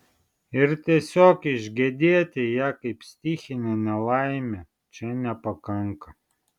ir tiesiog išgedėti ją kaip stichinę nelaimę čia nepakanka